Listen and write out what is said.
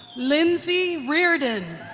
lindsey reardon.